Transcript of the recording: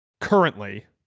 Currently